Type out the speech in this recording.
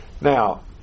now